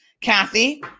Kathy